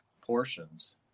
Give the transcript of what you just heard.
portions